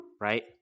Right